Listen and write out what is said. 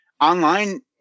online